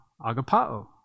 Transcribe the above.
agapao